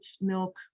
milk